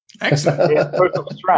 Excellent